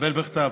תקבל בכתב.